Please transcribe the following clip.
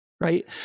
right